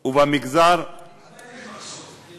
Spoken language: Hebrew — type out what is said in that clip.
ובמגזר, אבל עדיין יש מחסור.